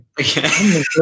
okay